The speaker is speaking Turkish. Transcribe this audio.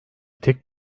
tek